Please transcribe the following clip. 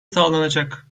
sağlanacak